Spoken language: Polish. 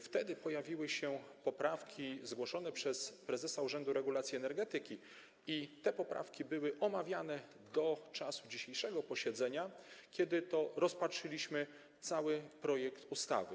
Wtedy pojawiły się poprawki zgłoszone przez prezesa Urzędu Regulacji Energetyki i były one omawiane do czasu dzisiejszego posiedzenia, kiedy to rozpatrzyliśmy cały projekt ustawy.